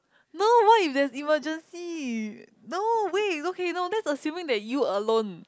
no what if there's emergency no wait okay no that's assuming that you alone